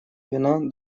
вина